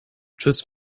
tschüss